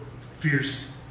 fierce